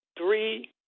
three